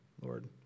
Lord